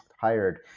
hired